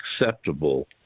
acceptable